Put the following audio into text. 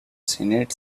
senate